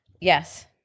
yes